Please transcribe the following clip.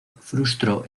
frustró